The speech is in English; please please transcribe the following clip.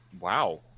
wow